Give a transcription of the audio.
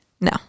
no